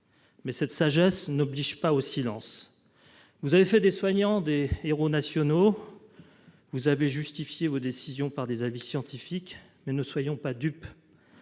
mais cette sagesse n'oblige pas au silence. Vous avez fait des soignants des héros nationaux. Vous avez justifié vos décisions par des avis scientifiques. Mais ne soyons pas dupes